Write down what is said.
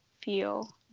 feel